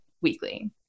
weekly